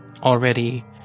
already